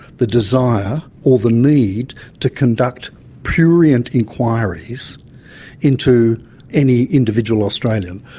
the desire, or the need to conduct prurient inquiries into any individual australian.